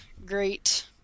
Great